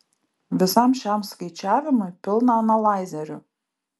visam šiam skaičiavimui pilna analaizerių